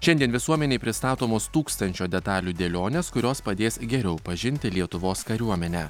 šiandien visuomenei pristatomos tūkstančio detalių dėlionės kurios padės geriau pažinti lietuvos kariuomenę